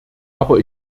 aber